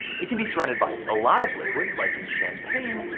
it can be surrounded by a lot of liquid, like in champagne,